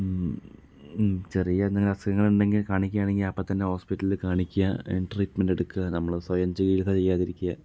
ചെറിയ എന്തെങ്കിലും അസുഖങ്ങൾ ഉണ്ടെങ്കിൽ കാണിക്കുകയാണെങ്കിൽ അപ്പോൾ തന്നെ ഹോസ്പിറ്റലിൽ കാണിക്കുക അതിന് ട്രീറ്റ്മെൻറ് എടുക്കുക നമ്മൾ സ്വയം ചികിത്സ ചെയ്യാതിരിക്കുക